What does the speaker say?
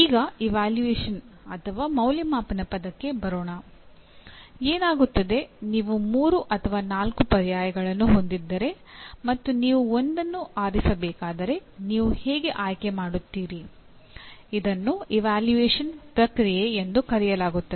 ಈಗ ಇವ್ಯಾಲ್ಯೂಯೇಷನ್ ಪ್ರಕ್ರಿಯೆ ಎಂದು ಕರೆಯಲಾಗುತ್ತದೆ